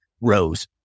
rows